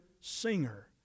Singer